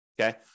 okay